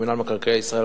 ומינהל מקרקעי ישראל,